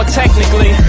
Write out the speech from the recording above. technically